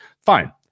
Fine